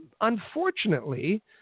unfortunately